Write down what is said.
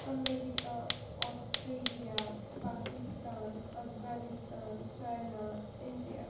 America Australia Pakistan Afghanistan China India